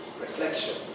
reflection